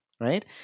right